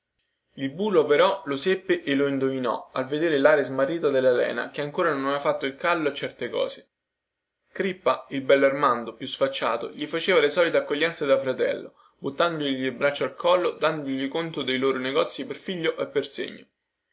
il bulo però lo seppe o lo indovinò al vedere laria smarrita della lena che ancora non aveva fatto il callo a certe cose il bellarmando più sfacciato gli faceva le solite accoglienze da fratello buttandogli le braccia al collo dandogli conto dei loro negozi per filo e per segno